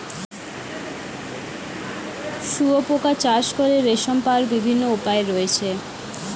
শুঁয়োপোকা চাষ করে রেশম পাওয়ার বিভিন্ন উপায় রয়েছে